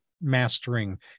mastering